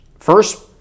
first